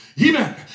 Amen